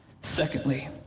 Secondly